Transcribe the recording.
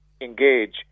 engage